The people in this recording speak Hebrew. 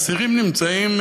אסירים נמצאים,